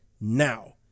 now